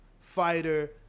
fighter